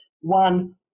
one